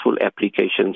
applications